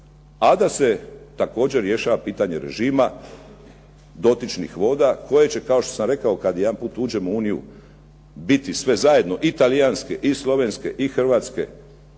a da se također rješava pitanje režima dotičnih voda koje će, kao što sam rekao, kad jedan put uđemo u Uniju biti sve zajedno i talijanske i slovenske i hrvatske,